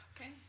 Okay